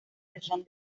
región